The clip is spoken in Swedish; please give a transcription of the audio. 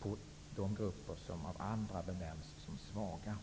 på de grupper som av andra benämns som svaga.